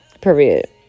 period